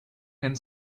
hand